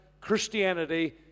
Christianity